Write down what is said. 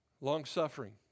Long-suffering